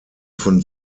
von